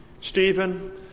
Stephen